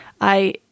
I-